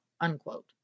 unquote